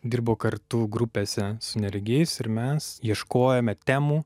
dirbo kartu grupėse su neregiais ir mes ieškojome temų